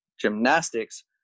Gymnastics